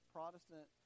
Protestant